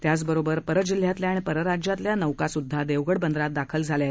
त्याचबरोबर परजिल्ह्यातल्या आणि परराज्यातल्या नौकासुद्धा देवगड बंदरात दाखल झाल्या आहेत